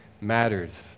matters